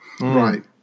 Right